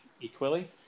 equally